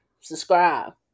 subscribe